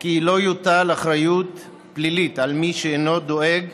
כי לא תוטל אחריות פלילית על מי שאינו דואג